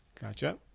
Gotcha